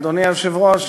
אדוני היושב-ראש,